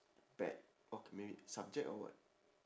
bad okay maybe subject or what